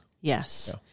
Yes